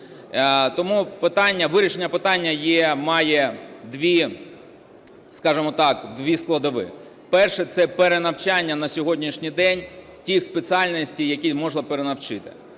Тому вирішення питання має дві, скажемо так, дві складові. Перше – це перенавчання на сьогоднішній день тих спеціальностей, які можна перенавчити.